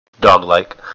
dog-like